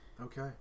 Okay